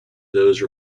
those